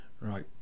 right